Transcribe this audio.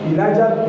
Elijah